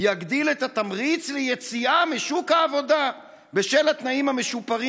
יגדיל "את התמריץ ליציאה משוק העבודה בשל התנאים המשופרים